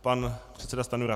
Pan předseda Stanjura.